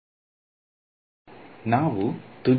ವಿದ್ಯಾರ್ಥಿ ತುದಿಗಳ ಕಡೆಗೆ